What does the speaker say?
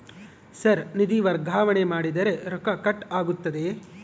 Sir ನಿಧಿ ವರ್ಗಾವಣೆ ಮಾಡಿದರೆ ರೊಕ್ಕ ಕಟ್ ಆಗುತ್ತದೆಯೆ?